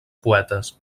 poetes